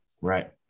right